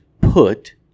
put –